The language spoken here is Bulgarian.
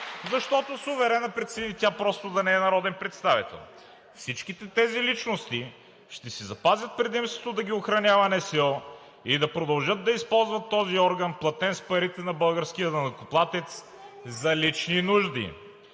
защото суверенът прецени тя просто да не е народен представител. Всичките тези личности ще си запазят предимството да ги охранява НСО и да продължат да използват този орган, платен с парите на българския данъкоплатец, за лични нужди.